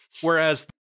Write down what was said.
Whereas